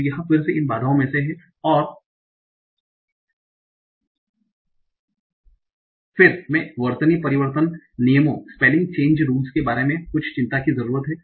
तो यह फिर से इन बाधाओं में से है और फिर मैं वर्तनी परिवर्तन नियमों के बारे में कुछ चिंता की जरूरत है